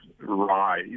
rise